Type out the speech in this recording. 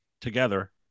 together